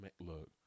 look